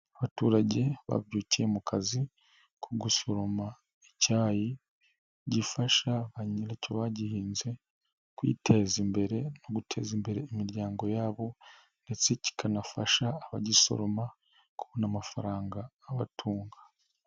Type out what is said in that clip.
Abaturage babyukiye mu kazi ko gusuroma icyayi, gifasha ba nyiracyo bagihinze, kwiteza imbere no guteza imbere imiryango yabo ndetse kikanafasha abagisoroma, kubona amafaranga abatunga.